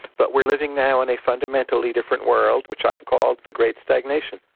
but we're living now in a fundamentally different world, which i've called the great stagnation.